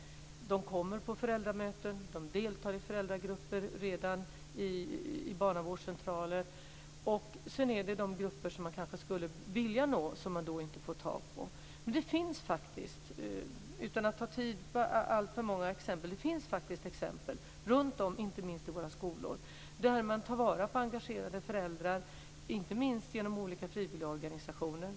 De kommer på föräldramöten, och de deltar i föräldragrupper redan på barnavårdscentraler. Sedan finns de grupper som man skulle vilja nå men som man inte får tag på. Jag ska inte ta upp tid med att räkna upp alltför många exempel. Men det finns faktiskt exempel inte minst runtom i våra skolor där man tar vara på engagerade föräldrar. Det sker inte minst genom olika frivilligorganisationer.